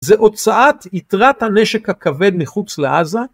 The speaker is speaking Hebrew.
זה הוצאת יתרת הנשק הכבד מחוץ לעזה.